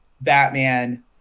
Batman